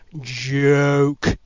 joke